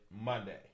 Monday